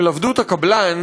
של עבדות הקבלן,